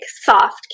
soft